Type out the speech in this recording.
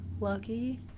Lucky